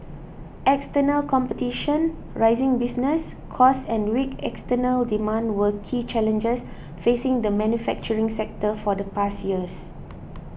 external competition rising business costs and weak external demand were key challenges facing the manufacturing sector for the past years